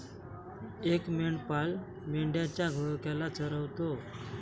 एक मेंढपाळ मेंढ्यांच्या घोळक्याला चरवतो